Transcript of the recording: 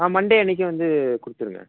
ஆ Monday அன்னைக்கு வந்து கொடுத்துருங்க